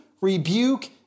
rebuke